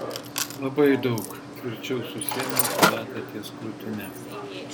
labai daug tvirčiau susiėmiau chalatą ties krūtine